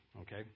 okay